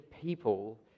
people